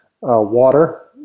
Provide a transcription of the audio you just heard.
water